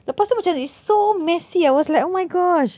lepas tu macam it's so messy I was like oh my gosh